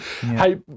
hey